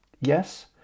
Yes